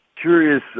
curious